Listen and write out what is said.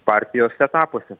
partijos etapuose